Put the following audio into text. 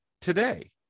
today